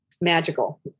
magical